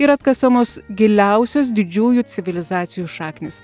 ir atkasamos giliausios didžiųjų civilizacijų šaknys